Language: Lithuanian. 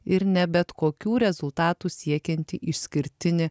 ir ne bet kokių rezultatų siekianti išskirtinį